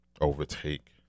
overtake